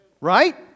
Right